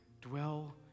Dwell